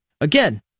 again